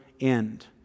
end